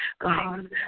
God